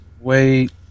Wait